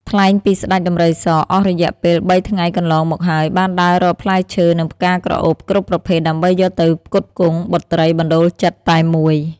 ថ្លែងពីស្តេចដំរីស អស់រយៈពេលបីថ្ងៃកន្លងមកហើយ បានដើររកផ្លែឈើ និងផ្កាក្រអូបគ្រប់ប្រភេទដើម្បីយកទៅផ្គត់ផ្គង់បុត្រីបណ្តូលចិត្តតែមួយ ។